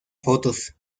fotos